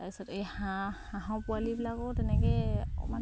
তাৰপিছত এই হাঁহ হাঁহৰ পোৱালিবিলাকো তেনেকে অকমান